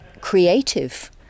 creative